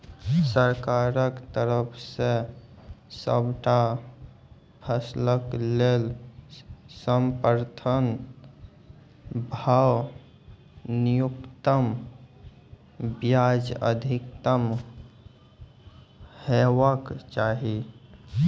सरकारक तरफ सॅ सबटा फसलक लेल समर्थन भाव न्यूनतमक बजाय अधिकतम हेवाक चाही?